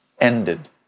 ended